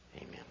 Amen